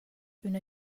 üna